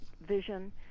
vision